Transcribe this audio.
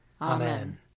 Amen